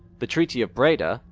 the treaty of breda,